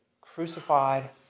crucified